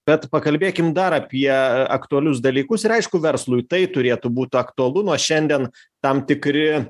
bet pakalbėkim dar apie aktualius dalykus ir aišku verslui tai turėtų būt aktualu nuo šiandien tam tikri